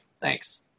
Thanks